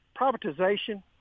Privatization